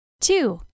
Two